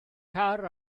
car